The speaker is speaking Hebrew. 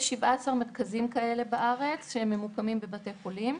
יש 17 מרכזים כאלה בארץ, והם ממוקמים בבתי חולים.